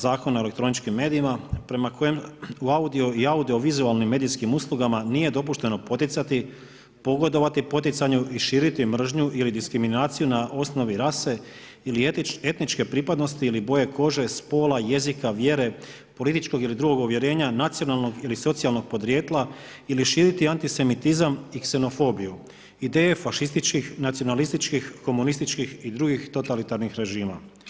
Zakona o elektroničkim medijima prema kojima u audio i audio vizualnim medijskim uslugama nije dopušteno poticati, pogodovati poticanju i širiti mržnju ili diskriminaciju na osnovi rase ili etničke pripadnosti ili boje kože, spola, jezika, vjere, političkog ili drugog uvjerenja, nacionalnog ili socijalnog podrijetla ili širiti antisemitizam i ksenofobiju, ideje fašističkih, nacionalističkih, komunističkih i drugih totalitarnih režima.